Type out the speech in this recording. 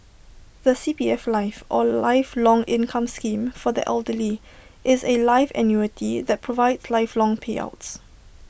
the C P F life or lifelong income scheme for the elderly is A life annuity that provides lifelong payouts